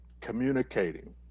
communicating